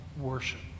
worship